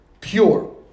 pure